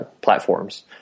platforms